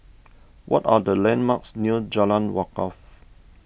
what are the landmarks near Jalan Wakaff